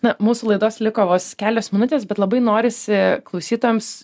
na mūsų laidos liko vos kelios minutės bet labai norisi klausytojams